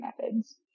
methods